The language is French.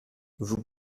vous